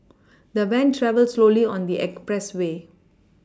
the van travelled slowly on the expressway